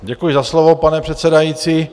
Děkuji za slovo, pane předsedající.